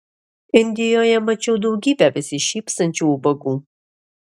indijoje mačiau daugybę besišypsančių ubagų